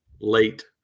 Late